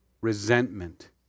resentment